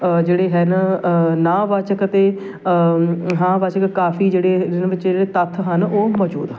ਜਿਹੜੇ ਹੈ ਨਾ ਨਾਂ ਵਾਚਕ ਅਤੇ ਹਾਂ ਵਾਚਕ ਕਾਫੀ ਜਿਹੜੇ ਜਿਹੜੇ ਤੱਥ ਹਨ ਉਹ ਮੌਜੂਦ ਹਨ